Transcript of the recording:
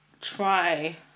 try